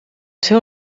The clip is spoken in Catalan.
seu